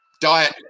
Diet